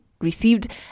received